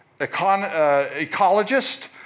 ecologist